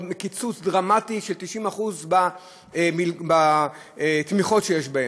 עם קיצוץ דרמטי של 90% בתמיכות שיש להם,